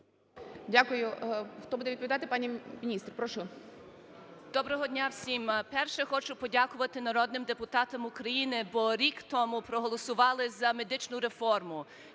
Дякую. Хто буде відповідати? Пані міністр. Прошу. 10:28:20 СУПРУН У.Н. Доброго дня всім! Перше. Хочу подякувати народним депутатам України, бо рік тому проголосували за медичну реформу.